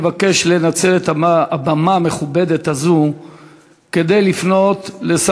ואני מבקש לנצל את הבמה המכובדת הזאת כדי לפנות אל